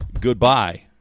goodbye